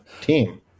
team